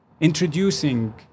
introducing